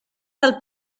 del